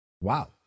Wow